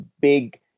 big